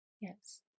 Yes